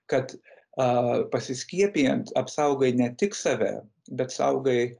kad a pasiskiepijam apsaugai ne tik save bet saugai